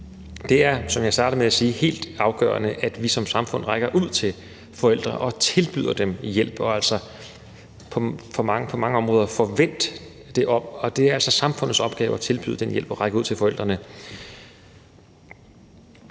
Det er, som jeg startede med at sige, helt afgørende, at vi som samfund rækker ud til forældre og tilbyder dem hjælp og altså på mange områder får vendt det om, så det altså er samfundets opgave at tilbyde den hjælp og at række ud til forældrene.